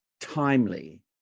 timely